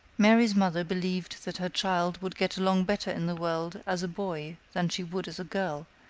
mary's mother believed that her child would get along better in the world as a boy than she would as a girl,